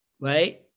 Right